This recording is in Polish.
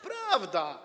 Prawda.